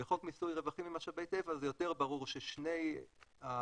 בחוק מיסוי רווחים ממשאבי טבע זה יותר ברור ששני ההיטלים,